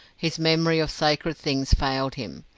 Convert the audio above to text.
his memory of sacred things failed him,